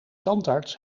tandarts